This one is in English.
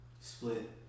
Split